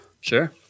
Sure